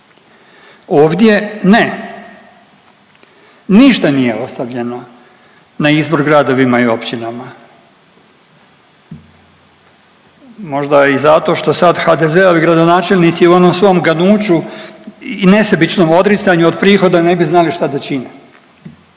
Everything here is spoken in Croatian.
Ovdje ne. Ništa nije ostavljeno na izbor gradovima i općinama. Možda i zato što sad HDZ-ovi gradonačelnici u onom svom ganuću i nesebičnom odricanju od prihoda ne bi znali šta da čine,